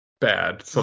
bad